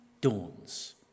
dawns